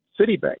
Citibank